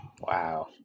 Wow